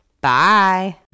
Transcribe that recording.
bye